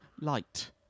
light